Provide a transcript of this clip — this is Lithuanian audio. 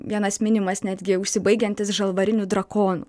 vienas minimas netgi užsibaigiantis žalvariniu drakonu